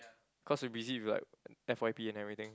cause we busy with like F_Y_P and everything